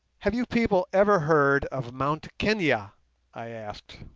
have you people ever heard of mt kenia i asked.